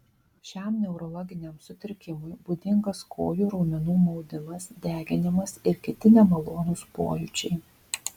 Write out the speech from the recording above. šiam neurologiniam sutrikimui būdingas kojų raumenų maudimas deginimas ir kiti nemalonūs pojūčiai